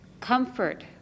comfort